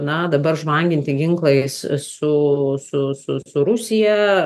na dabar žvanginti ginklais su su su su rusija